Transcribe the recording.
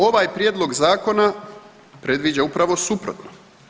Ovaj prijedlog Zakona predviđa upravo suprotno.